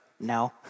no